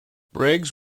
briggs